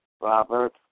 Robert